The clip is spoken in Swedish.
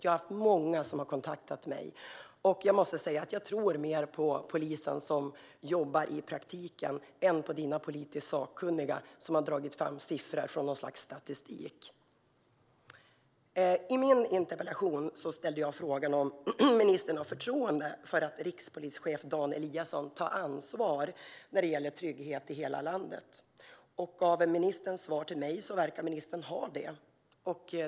Det är många som har kontaktat mig, och jag måste säga att jag tror mer på polisen som jobbar i praktiken än på dina politiskt sakkunniga som har dragit fram siffror från något slags statistik. I min interpellation ställde jag frågan om ministern har förtroende för att rikspolischef Dan Eliasson tar ansvar när det gäller trygghet i hela landet. Av ministerns svar till mig verkar det som att han har det.